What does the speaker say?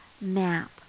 map